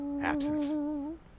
absence